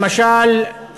למשל,